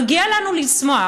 מגיע לנו לשמוח.